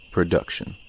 Production